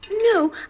No